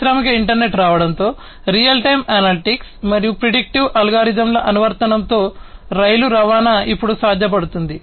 పారిశ్రామిక ఇంటర్నెట్ రావడంతో real time analytics మరియు ప్రిడిక్టివ్ అల్గోరిథంల అనువర్తనంతో రైలు రవాణా ఇప్పుడు సాధ్యపడుతుంది